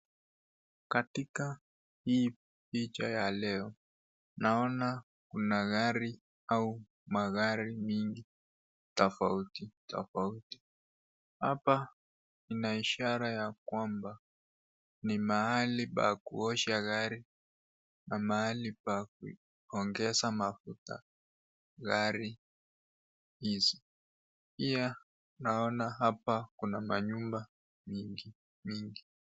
Katika hii picha ya leo, naona kuna gari au magari mingi tofauti tofauti. Hapa ina ishara ya kwamba ni mahali pa kuosha gari na mahali pa kuongeza mafuta gari hizi. Pia naona hapa kuna manyumba mingi mingi.